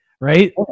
right